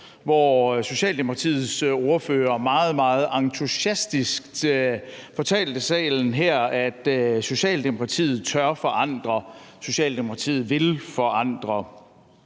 hvor Socialdemokratiets ordfører meget, meget entusiastisk fortalte salen her, at Socialdemokratiet tør forandre, og at Socialdemokratiet vil forandre.